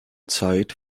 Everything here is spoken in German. zeit